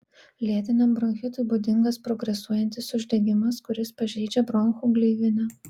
lėtiniam bronchitui būdingas progresuojantis uždegimas kuris pažeidžia bronchų gleivinę